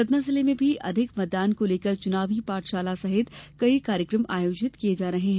सतना जिले में भी अधिक मतदान को लेकर चुनावी पाठशाला सहित कई कार्यकम आयोजित किये जा रहे हैं